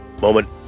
moment